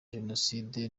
jenoside